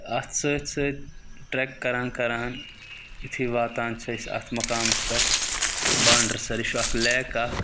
اَتھ سۭتۍ سۭتۍ ٹرٛٮ۪ک کَران کَران یُتھُے واتان چھِ أسۍ اَتھ مقامَس پٮ۪ٹھ بانڈَر سَر یہِ چھُ اَکھ لیک اَکھ